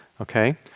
okay